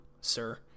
sir